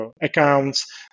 accounts